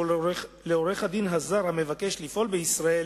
ושלעורך-הדין הזר המבקש לפעול בישראל